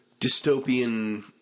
dystopian